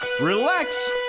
relax